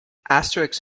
asterix